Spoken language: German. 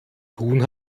tun